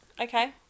okay